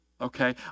Okay